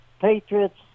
Patriots